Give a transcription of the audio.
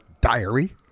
diary